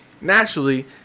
naturally